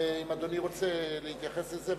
אם אדוני רוצה להתייחס לזה,